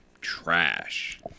trash